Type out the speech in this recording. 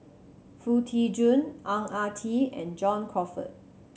Foo Tee Jun Ang Ah Tee and John Crawfurd